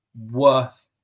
worth